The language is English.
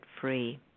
free